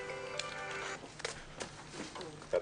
בשעה 11:00.